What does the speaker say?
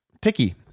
picky